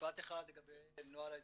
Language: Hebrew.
משפט אחד לגבי נוהל ההזדהות.